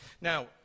Now